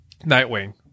nightwing